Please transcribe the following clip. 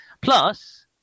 Plus